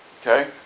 Okay